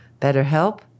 BetterHelp